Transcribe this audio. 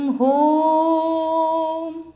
home